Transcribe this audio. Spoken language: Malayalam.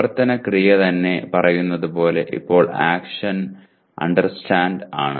പ്രവർത്തന ക്രിയ തന്നെ പറയുന്നതുപോലെ ഇപ്പോൾ ആക്ഷൻ അണ്ടർസ്റ്റാൻഡ് ആണ്